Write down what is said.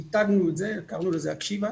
מיתגנו את זה, קראנו לזה "הקשיבה".